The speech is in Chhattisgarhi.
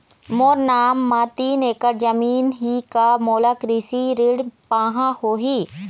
मोर नाम म तीन एकड़ जमीन ही का मोला कृषि ऋण पाहां होही?